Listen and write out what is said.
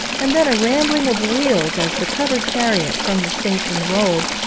and then a rumbling of wheels as the covered chariot from the station rolled,